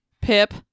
Pip